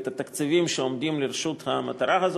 את התקציבים שעומדים לרשות המטרה הזאת.